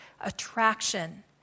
attraction